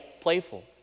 Playful